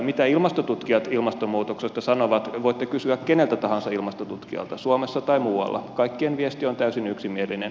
mitä ilmastotutkijat ilmastonmuutoksesta sanovat voitte kysyä keneltä tahansa ilmastotutkijalta suomessa tai muualla kaikkien viesti on täysin yksimielinen